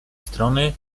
strony